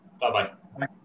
Bye-bye